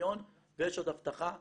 מיליון ויש עוד הבטחה --- לא,